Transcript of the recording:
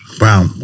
Wow